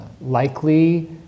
likely